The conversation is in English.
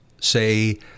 say